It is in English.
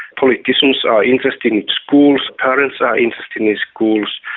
politicians are interested in schools, parents are interested in in schools,